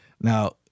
Now